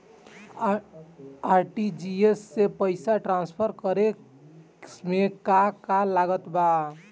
RTGS से पईसा transfer करे मे का का लागत बा?